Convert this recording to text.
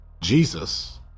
Jesus